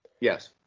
Yes